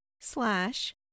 slash